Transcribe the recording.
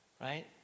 Right